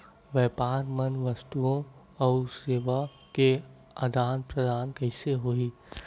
व्यापार मा वस्तुओ अउ सेवा के आदान प्रदान कइसे होही?